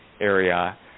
area